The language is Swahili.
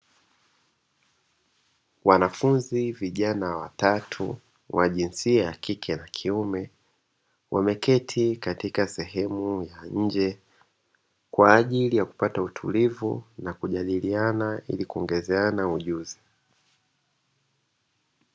Wanafunzi vijana watatu wa jinsia ya kike na kiume, wameketi katika sehemu ya nje kwa ajili ya kupata utulivu na kujadiliana, ili kuongezeana ujuzi.